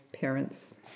parents